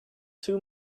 too